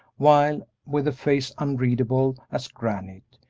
while, with a face unreadable as granite,